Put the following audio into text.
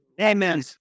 Amen